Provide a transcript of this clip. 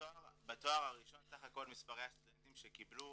בתואר הראשון סך כל הסטודנטים שקיבלו